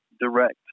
direct